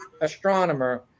astronomer